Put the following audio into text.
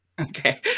Okay